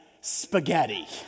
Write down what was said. spaghetti